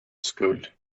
skull